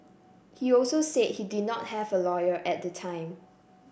he also said he did not have a lawyer at the time